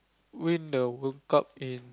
win the World Cup in